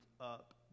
up